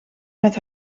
met